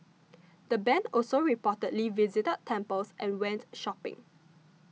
the band also reportedly visited temples and went shopping